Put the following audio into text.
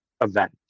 event